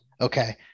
okay